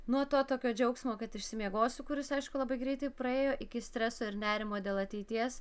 nuo to tokio džiaugsmo kad išsimiegosiu kuris aišku labai greitai praėjo iki streso ir nerimo dėl ateities